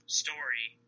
story